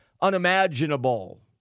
unimaginable